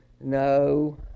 No